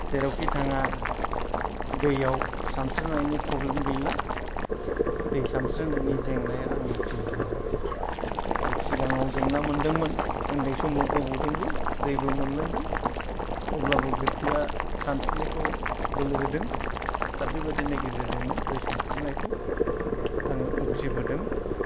जेरावखि थाङा दैयाव सानस्रिनायनि प्रब्लेम गैला दै सानस्रिनायनि जेंनाया आंनाव गैला आरोखि दा सिगाङाव जेंना मोनदोंमोन उन्दै समाव गबदोंबो दैबो मोनलोंदों अब्लाबो गोसोआ सानस्रिनायखौ बोलो होदों दा बेबायदिनि गेजेरजोंनो दै सानस्रिनायखौ आङो उथ्रिबोदों